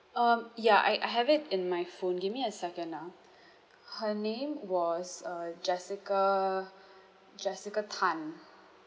um ya I I have it in my phone give me a second ah her name was uh jessica jessica tan